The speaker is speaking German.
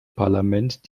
parlament